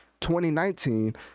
2019